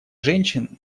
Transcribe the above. женщин